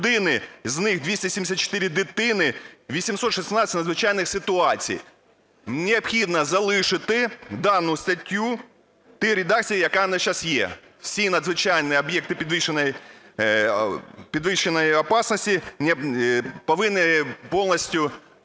з них 274 дитини, 816 надзвичайних ситуацій. Необхідно залишити дану статтю в тій редакції, яка зараз є. Всі надзвичайні об'єкти підвищеної опасності повинні повністю